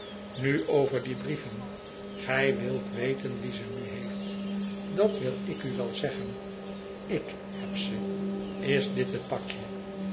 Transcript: nu over die brieven gij wilt weten wie ze nu heeft dat wil ik u wel zeggen ik heb ze is dit het pakje